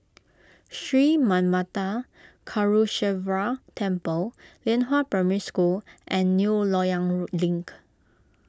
Sri Manmatha Karuneshvarar Temple Lianhua Primary School and New Loyang row Link